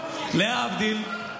להבדיל,